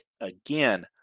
again